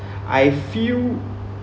I feel